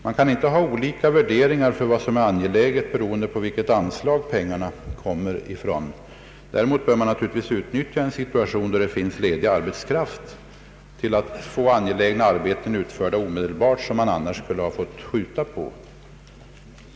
Man kan inte ha olika värderingar beträffande vad som är angeläget beroende på från vilket anslag pengarna skall tas. Däremot bör man naturligtvis utnyttja en situation då det finns ledig arbetskraft som kan utföra angelägna arbeten omedelbart, som man annars skulle ha fått lov att skjuta på.